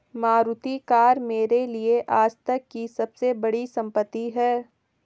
Maruti car मेरे लिए आजतक की सबसे बड़ी संपत्ति है